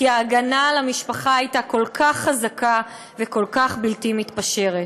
כי ההגנה על המשפחה הייתה כל כך חזקה וכל כך בלתי מתפשרת.